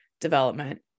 development